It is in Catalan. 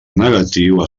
negatiu